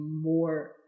more